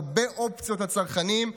הרבה אופציות לצרכנים,